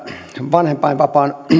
vanhempainvapaan